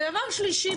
ודבר שלישי,